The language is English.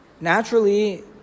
Naturally